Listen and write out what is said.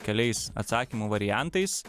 keliais atsakymų variantais